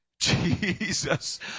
Jesus